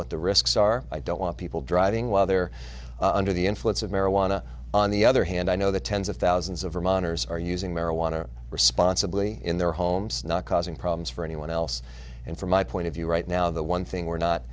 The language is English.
what the risks are i don't want people driving while they're under the influence of marijuana on the other hand i know that tens of thousands of are minors are using marijuana responsibly in their homes not causing problems for anyone else and for my point of view right now the one thing we're not